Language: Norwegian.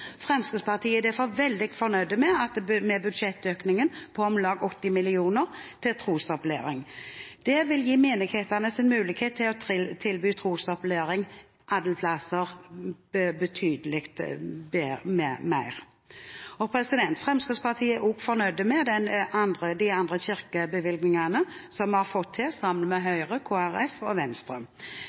Fremskrittspartiet er derfor veldig fornøyd med budsjettøkningen på om lag 80 mill. kr til trosopplæring. Menighetenes mulighet til å tilby trosopplæring er dermed betydelig styrket. Fremskrittspartiet er også fornøyd med de andre kirkebevilgningene som vi har fått til sammen med Høyre, Kristelig Folkeparti og Venstre.